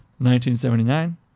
1979